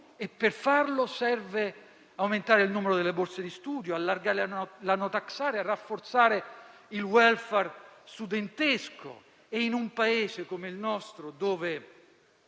e per farlo serve aumentare il numero delle borse di studio, allargare la *no tax area*, rafforzare il *welfare* studentesco. In un Paese come il nostro - dove